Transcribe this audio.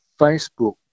Facebook